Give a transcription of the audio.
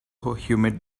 humid